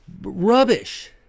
Rubbish